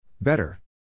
Better